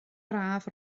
braf